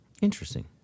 Interesting